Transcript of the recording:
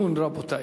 12 בעד,